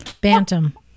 Bantam